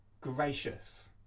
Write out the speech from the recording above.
gracious